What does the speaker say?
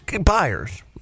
buyers